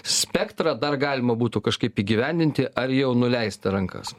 spektrą dar galima būtų kažkaip įgyvendinti ar jau nuleisti rankas